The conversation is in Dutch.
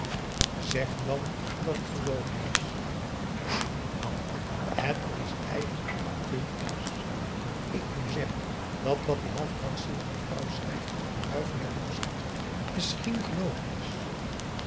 zeg dan dat het gelogen is nant het is eigenlijk te dwaas moet ik nu zeggen dat wat die half krankzinnige vrouw schrijft in een bui van jaloerschheid misschien gelogen is